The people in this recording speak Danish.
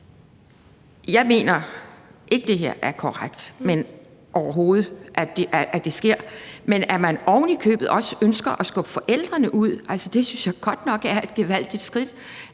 overhovedet ikke, at det er korrekt, at det her sker. Men at man ovenikøbet også ønsker at skubbe forældrene ud, synes jeg godt nok er et gevaldigt skridt.